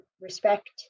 respect